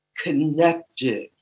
connected